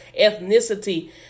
ethnicity